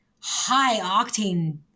high-octane